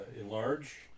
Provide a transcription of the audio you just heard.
Enlarge